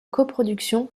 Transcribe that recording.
coproduction